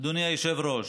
אדוני היושב-ראש,